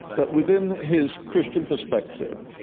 that within his christian perspective,